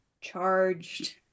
charged